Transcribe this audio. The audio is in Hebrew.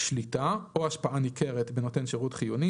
שליטה או השפעה ניכרת בנותן שירות חיוני,